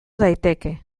daiteke